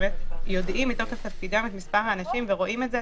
שיודעים מתוקף תפקידם מה מספר האנשים ורואים את זה,